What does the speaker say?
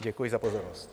Děkuji za pozornost.